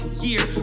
year